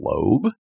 globe